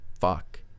fuck